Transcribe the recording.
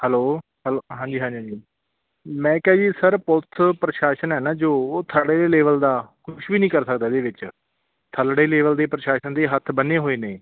hello hello ਹਾਂਜੀ ਹਾਂਜੀ ਹਾਂਜੀ ਮੈਂ ਕਿਹਾ ਜੀ ਸਰ ਪੁਲਸ ਪ੍ਰਸ਼ਾਸਨ ਹੈ ਨਾ ਜੋ ਥੱਲੜੇ ਦੇ ਲੇਵਲ ਦਾ ਕੁਛ ਵੀ ਨਹੀਂ ਕਰ ਸਕਦਾ ਇਹਦੇ ਵਿੱਚ ਥੱਲੜੇ ਲੇਵਲ ਦੇ ਪ੍ਰਸ਼ਾਸਨ ਦੇ ਹੱਥ ਬੰਨੇ ਹੋਏ ਨੇ